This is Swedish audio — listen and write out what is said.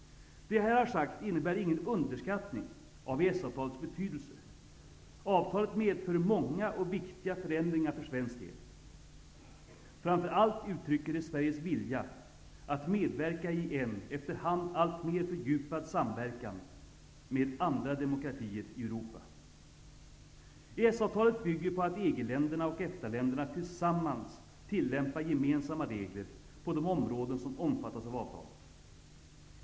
Det jag här sagt innebär ingen underskattning av EES-avtalets betydelse. Avtalet medför många och viktiga förändringar för svensk del. Framför allt uttrycker det Sveriges vilja att medverka i en, efter hand alltmer fördjupad, samverkan med andra demokratier i Europa. EES-avtalet bygger på att EG-länderna och EFTA länderna tillsammans tillämpar gemensamma regler på de områden som omfattas av avtalet.